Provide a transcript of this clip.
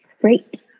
Great